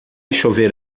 chover